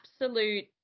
absolute